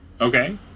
Okay